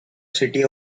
city